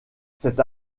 cette